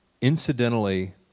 incidentally